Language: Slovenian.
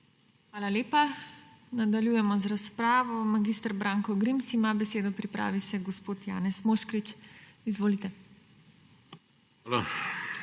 Hvala lepa. Nadaljujemo z razpravo. Mag. Branko Grims ima besedo. Pripravi se gospod Janez Moškrič. Izvolite. **MAG.